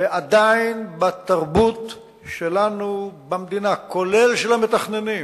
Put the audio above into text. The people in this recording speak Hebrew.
ועדיין, בתרבות שלנו במדינה, כולל של המתכננים,